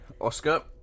Oscar